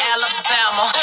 Alabama